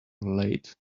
late